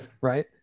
Right